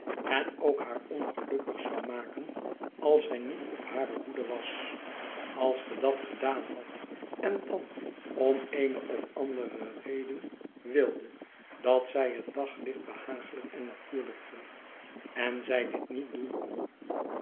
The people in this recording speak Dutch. en ook haar ongelukkig zou maken als zij niet op hare hoede was als ge dat gedaan hadt en dan om eene of andere reden wiidet dat zij het daglicht behaaglijk en natuurlijk vond en zij dit niet doen kon